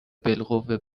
بالقوه